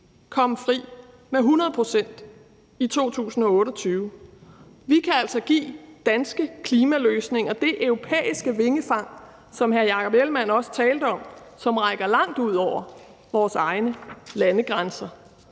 komme fri med 100 pct. i 2028. Vi kan altså give danske klimaløsninger det europæiske vingefang, som hr. Jakob Ellemann-Jensen også talte om, som rækker langt ud over vores egne landegrænser.